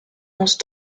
onze